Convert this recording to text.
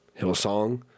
Hillsong